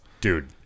dude